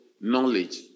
Knowledge